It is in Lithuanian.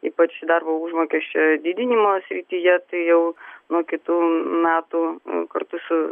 ypač darbo užmokesčio didinimo srityje tai jau nuo kitų metų kartu su